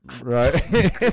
Right